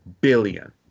billion